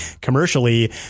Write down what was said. commercially